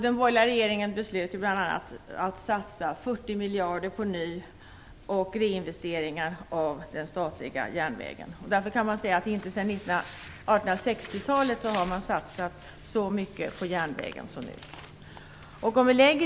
Den borgerliga regeringen beslöt bl.a. att satsa 40 miljarder på ny och reinvesteringar på den statliga järnvägen. Inte sedan 1860-talet har man satsat så mycket på järnvägarna som nu.